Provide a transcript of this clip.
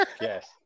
yes